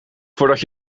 voordat